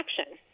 action